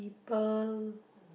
pearl